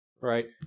right